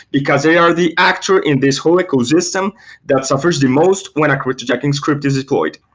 because they are the actor in this whole ecosystem that suffers the most when a cryptojacking script is deployed.